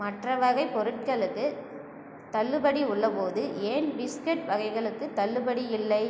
மற்ற வகைப் பொருட்களுக்குத் தள்ளுபடி உள்ளபோது ஏன் பிஸ்கட் வகைகளுக்குத் தள்ளுபடி இல்லை